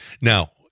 Now